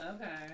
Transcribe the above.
Okay